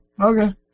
okay